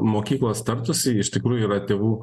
mokyklos tartųsi iš tikrųjų yra tėvų